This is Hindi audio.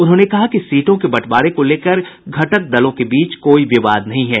उन्होंने कहा कि सीटों के बंटवारे को लेकर घटक दलों के बीच कोई विवाद नहीं है